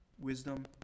Wisdom